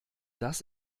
das